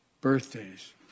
birthdays